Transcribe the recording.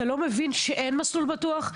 אתה לא מבין שאין מסלול בטוח?